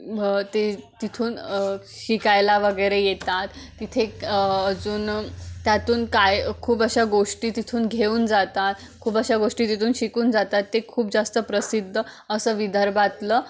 ते तिथून शिकायला वगैरे येतात तिथे अजून त्यातून काय खूप अशा गोष्टी तिथून घेऊन जातात खूप अशा गोष्टी तिथून शिकून जातात ते खूप जास्त प्रसिद्ध असं विदर्भातलं